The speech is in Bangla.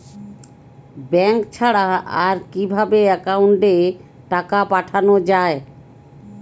ব্যাঙ্ক ছাড়া আর কিভাবে একাউন্টে টাকা পাঠানো য়ায়?